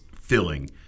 filling